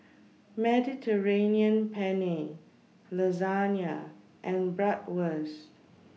Mediterranean Penne Lasagna and Bratwurst